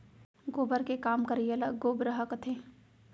गोबर के काम करइया ल गोबरहा कथें